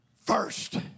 first